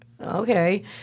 okay